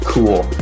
Cool